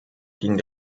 ging